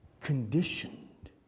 conditioned